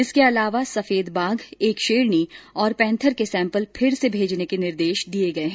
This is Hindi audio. इसके अलावा सफेद बाघ एक शेरनी और पैंथर के सैंपल फिर से भेजने के निर्देश दिये गये हैं